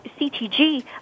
CTG